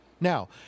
Now